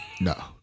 no